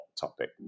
topic